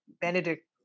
Benedict